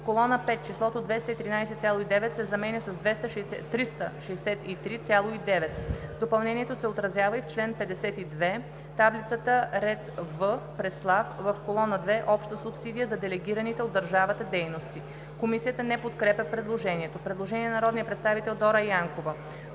колона 5 числото „213,9“ се заменя с „363,9“. Допълнението се отразява и в чл. 52, таблицата, ред В. Преслав, в колона 2 „Обща субсидия за делегираните от държавата дейности". Комисията не подкрепя предложението. Предложение на народния представител Дора Янкова: